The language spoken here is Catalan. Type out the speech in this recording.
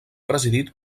presidit